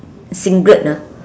singlet ah